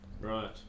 Right